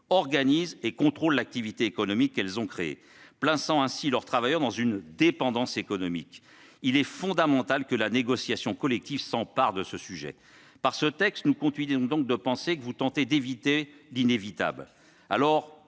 organisent et contrôlent l'activité économique qu'elles ont créée, plaçant ainsi leurs travailleurs dans une dépendance économique. Il est donc fondamental que la négociation collective s'empare de ce sujet. Nous continuons de penser que, avec ce texte, vous tentez d'éviter l'inévitable,